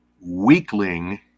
weakling